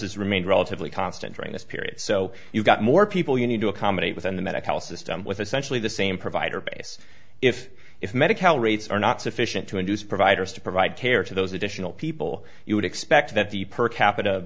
has remained relatively constant during this period so you've got more people you need to accommodate within the medical system with essentially the same provider base if if medical rates are not sufficient to induce providers to provide care to those additional people you would expect that the per capita